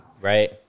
right